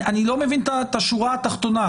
אני לא מבין את השורה התחתונה,